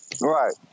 Right